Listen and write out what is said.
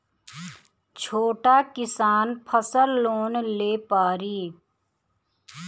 छोटा किसान फसल लोन ले पारी?